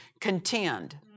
contend